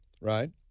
right